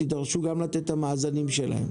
יידרשו לתת את המאזנים שלהן.